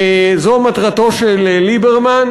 זו מטרתו של ליברמן,